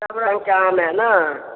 सब रङ्गके आम हए ने